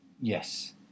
Yes